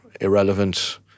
irrelevant